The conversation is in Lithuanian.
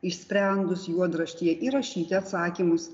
išsprendus juodraštyje įrašyti atsakymus